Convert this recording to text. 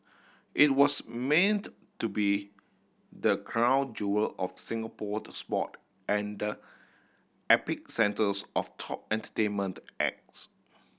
it was meant to be the crown jewel of Singapore sport and the epicentres of top entertainment acts